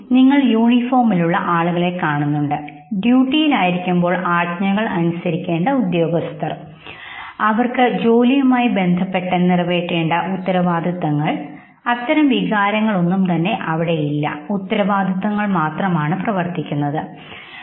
നിങ്ങൾ യൂണിഫോമിലുള്ള ആളുകളെ കാണുന്നു ഡ്യൂട്ടിയിലായിരിക്കുമ്പോൾ ആജ്ഞകൾ അനുസരിക്കേണ്ട ഉദ്യോഗസ്ഥർ അവർക്കു ജോലിയുമായി ബന്ധപ്പെട്ടു നിറവേറ്റേണ്ട ഉത്തരവാദിത്വങ്ങൾ അത്തരം വികാരങ്ങൾ മാത്രമേ അവിടെ പ്രവർത്തിക്കുന്നുള്ളൂ